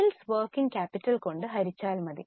sales working capital കൊണ്ട് ഹരിച്ചാൽ മതി